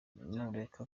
reka